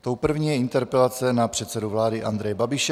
Tou první je interpelace na předsedu vlády Andreje Babiše.